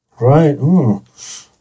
right